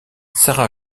sara